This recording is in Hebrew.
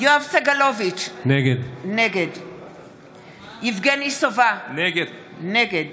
יואב סגלוביץ' נגד יבגני סובה, נגד